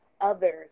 others